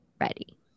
ready